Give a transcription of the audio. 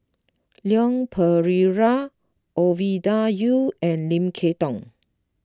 Leon Perera Ovidia Yu and Lim Kay Tong